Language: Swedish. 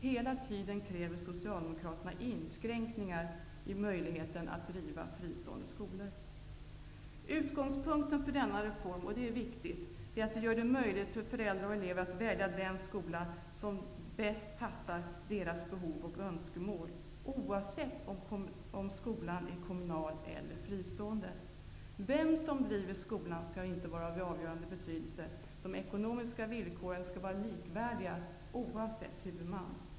Hela tiden kräver Utgångspunkten för denna reform, och den är viktig, är att den gör det möjligt för föräldrar och elever att välja den skola som bäst passar deras behov och önskemål, oavsett om skolan är kommunal eller fristående. Vem som driver skolan skall inte vara av avgörande betydelse. De ekonomiska villkoren skall vara likvärdiga, oavsett huvudman.